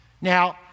Now